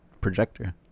projector